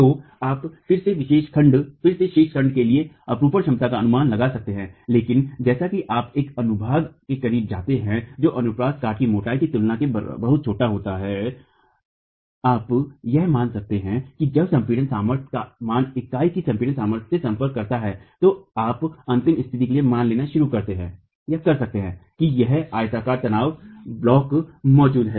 तो आप फिर शेष खंड के लिए आघूर्ण क्षमताओं का अनुमान लगा सकते हैं लेकिन जैसा कि आप एक अनुभाग के करीब जाते हैं जो अनुप्रस्थ काट की मोटाई की तुलना में बहुत छोटा हैआप यह मान सकते हैं कि जब संपीड़ित सामर्थ्य का मान चिनाई कि संपीडन सामर्थ्य से सम्पर्क करता है तो आप अंतिम स्थिति के लिए मान लेना शुरू कर सकते हैं कि एक आयताकार तनाव ब्लॉक मौजूद है